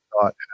thought